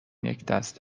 یکدست